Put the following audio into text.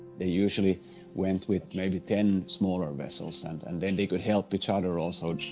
they usually went with maybe ten smaller vessels, and, and then they could help each other also,